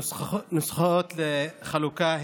נוסחאות לחלוקה,